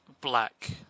black